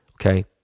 Okay